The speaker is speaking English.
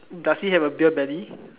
does he have a beer belly